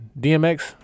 DMX